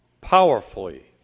Powerfully